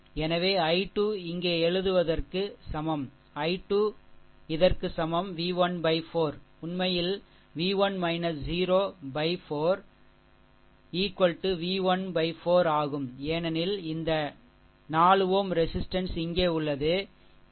எனவே i 2 இங்கே எழுதுவதற்கு சமம் i 2 இதற்கு சமம் V1 4 உண்மையில் V1 - 0 4 V 1 4 ஆகும் ஏனெனில் இந்த 4 ஓம் ரெசிஷ்டன்ஸ் இங்கே உள்ளது சரி